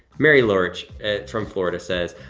mary lorch from florida says,